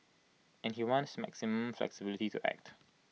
and he wants maximum flexibility to act